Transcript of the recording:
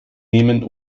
nehmen